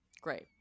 Great